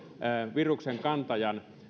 viruksenkantajan